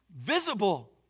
visible